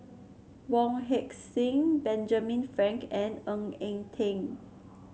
Wong Heck Sing Benjamin Frank and Ng Eng Teng